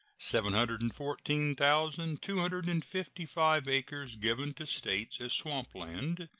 seven hundred and fourteen thousand two hundred and fifty five acres given to states as swamp land,